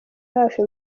hafi